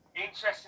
interesting